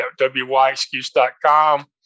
wyexcuse.com